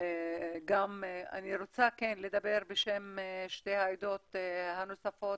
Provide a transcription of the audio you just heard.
גם בשם שתי העדות הנוספות,